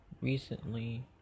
recently